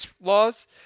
laws